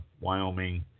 Wyoming